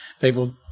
people